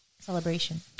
celebration